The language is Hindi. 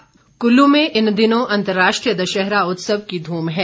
जलेब कल्लू में इन दिनों अंतर्राष्ट्रीय दशहरा उत्सव की धूम है